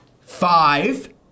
five